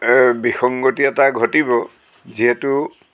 বিসংগতি এটা ঘটিব যিহেতু